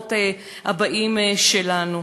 ולדורות הבאים שלנו.